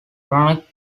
roanoke